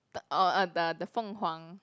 the or the the Feng-Huang